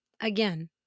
again